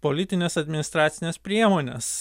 politines administracines priemones